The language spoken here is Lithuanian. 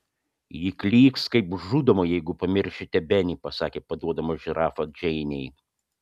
ji klyks kaip žudoma jeigu pamiršite benį pasakė paduodama žirafą džeinei